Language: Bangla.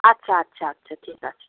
আচ্ছা আচ্ছা আচ্ছা ঠিক আছে